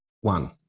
One